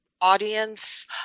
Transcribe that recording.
audience –